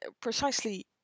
precisely